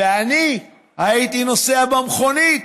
ואני הייתי נוסע במכונית.